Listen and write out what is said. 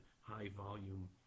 high-volume